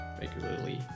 regularly